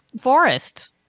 forest